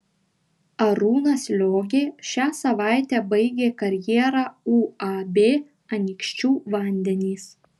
arūnas liogė šią savaitę baigė karjerą uab anykščių vandenys